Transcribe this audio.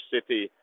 City